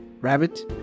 rabbit